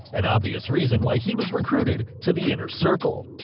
an obvious reason why he was recruited to the inner circle.